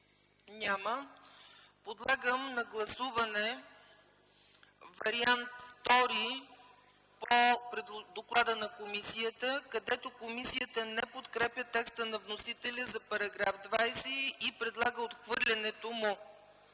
Няма. Подлагам на гласуване Вариант ІІ по доклада на комисията, където комисията не подкрепя текста на вносителя за § 20 и предлага отхвърлянето му.